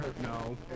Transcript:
No